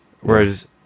whereas